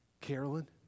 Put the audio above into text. Carolyn